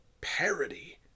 parody